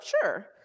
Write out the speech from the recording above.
Sure